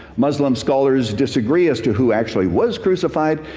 muslim scholars disagree as to who actually was crucified,